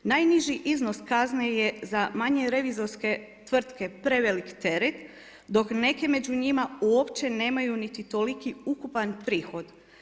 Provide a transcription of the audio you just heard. Najniži iznos kazne je za manje revizorske tvrtke prevelik teret dok neke među njima uopće nemaju niti toliki ukupan prihod.